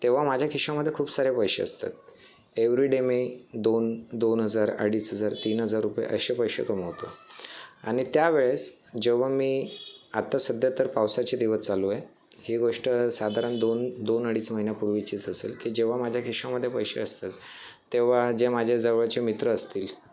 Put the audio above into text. तेंव्हा माझ्या खिशामध्ये खूप सारे पैसे असतात एव्हरी डे मी दोन दोन हजार अडीच हजार तीन हजार रुपये असे पैसे कमवतो आणि त्यावेळेस जेव्हा मी आत्ता सध्या तर पावसाचे दिवस चालू आहेत ही गोष्ट साधारण दोन दोन अडीच महिन्यापूर्वीचीच असेल की जेव्हा माझ्या खिशामध्ये पैसे असतात तेव्हा जे माझ्या जवळचे मित्र असतील